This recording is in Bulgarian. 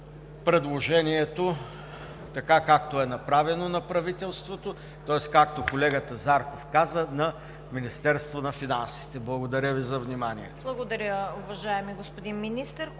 предложението, както е направено от правителството, тоест, както колегата Зарков каза – на Министерството на финансите. Благодаря Ви за вниманието.